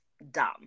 dumb